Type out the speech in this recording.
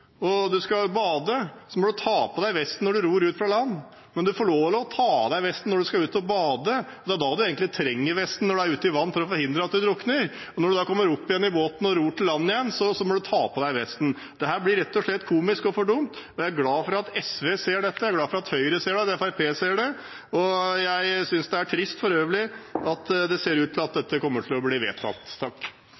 må du ta på deg vesten når du ror ut fra land, men du får lov å ta av deg vesten når du skal bade. Det er da du egentlig trenger vesten, når du er ute i vannet, for å forhindre at du drukner. Og når du kommer opp igjen i båten og ror til land, må du ta på deg vesten. Dette blir rett og slett komisk og for dumt. Jeg er glad for at SV ser det, jeg er glad for at Høyre ser det, og at Fremskrittspartiet ser det. Jeg synes det er trist for øvrig at det ser ut til at dette kommer til å bli vedtatt.